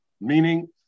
Meaning